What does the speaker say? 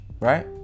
right